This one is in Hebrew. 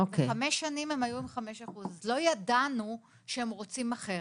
חמש שנים הם היו עם 5%. לא ידענו שהם רוצים אחרת.